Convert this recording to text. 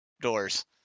doors